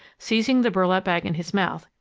seizing the burlap bag in his mouth,